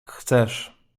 chcesz